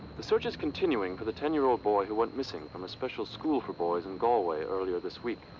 the search is continuing for the ten year old boy who went missing from a special school for boys in gaulway earlier this week.